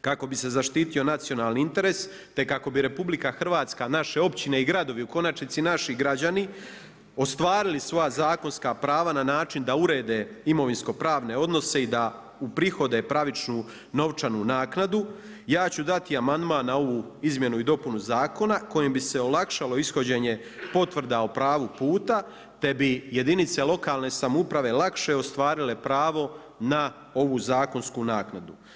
kako bi se zaštitio nacionalni interes, te kako bi Republika Hrvatska, naše općine i gradovi, u konačnici naši građani ostvarili svoja zakonska prava na način da urede imovinsko-pravne odnose i da uprihode pravičnu novčanu naknadu ja ću dati amandman na ovu izmjenu i dopunu zakona kojim bi se olakšalo ishođenje potvrda o pravu puta, te bi jedinice lokalne samouprave lakše ostvarile pravo na ovu zakonsku naknadu.